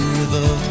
river